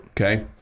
Okay